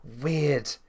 Weird